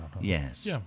Yes